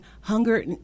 hunger